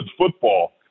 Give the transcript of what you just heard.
football